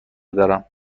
دارم